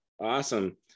Awesome